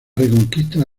reconquista